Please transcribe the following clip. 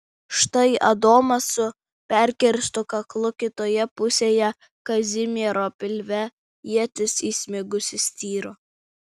štai adomas su perkirstu kaklu kitoje pusėje kazimiero pilve ietis įsmigusi styro